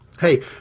Hey